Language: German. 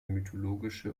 mythologische